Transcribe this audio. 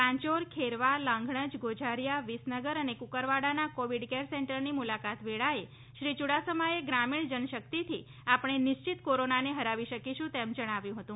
પાંચોર ખેરવા લાંઘણજ ગોઝારીયા વિસનગર અને કુકરવાડાના covid care સેન્ટરની મુલાકાત વેળાએ શ્રી ચુડાસમાએ ગ્રામીણ જનશક્તિથી આપણે નિશ્ચીત કોરોનાને હરાવી શકીશું તેમ જણાવ્યું હતું